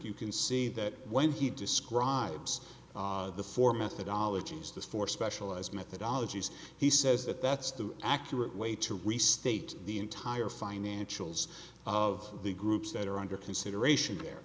you can see that when he describes the four methodologies the four specialized methodologies he says that that's the accurate way to restate the entire financials of the groups that are under consideration there